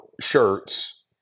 shirts